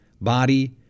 body